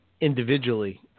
individually